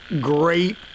great